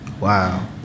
Wow